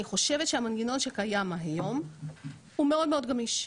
אני חושבת שהמנגנון שקיים היום הוא מאוד מאוד גמיש,